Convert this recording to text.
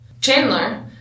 Chandler